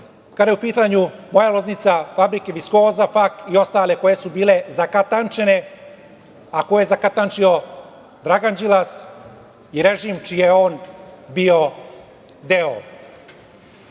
kada je u pitanju moja Loznica, fabrike „Viskoza“, „FAK“ i ostale koje su bile zakatančene, a koje je zakatančio Dragan Đilas i režim čiji je on bio